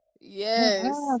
Yes